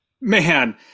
Man